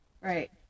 Right